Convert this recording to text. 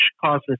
causes